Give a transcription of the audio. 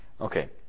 Okay